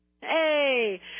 hey